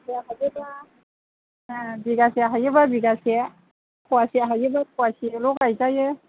फवासे हायोना बिगासे हायोबा बिगासे फवासे हायोबा फवासेल' गाइजायो